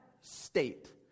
state